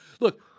Look